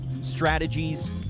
strategies